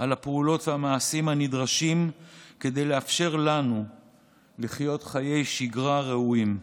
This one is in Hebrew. על הפעולות והמעשים הנדרשים כדי לאפשר לנו לחיות חיי שגרה ראויים,